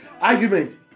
argument